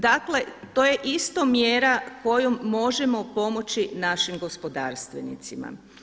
Dakle, to je isto mjera kojom možemo pomoći našim gospodarstvenicima.